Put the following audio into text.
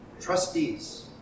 trustees